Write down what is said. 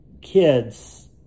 kids